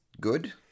good